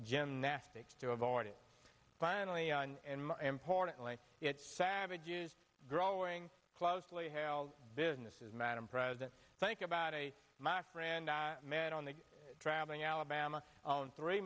gymnastics to avoid it finally and more importantly it savages growing closely held businesses madam president thank about a my friend i met on the traveling alabama on three